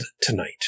tonight